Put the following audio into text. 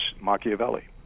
Machiavelli